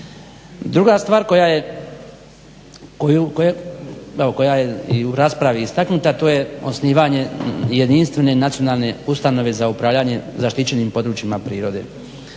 Druga stvar koja je i u raspravi istaknuta to je osnivanje jedinstvene nacionalne ustanove za upravljanje zaštićenim područjima prirode.